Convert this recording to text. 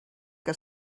que